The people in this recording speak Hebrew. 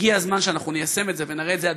הגיע הזמן שאנחנו ניישם את זה ונראה את זה.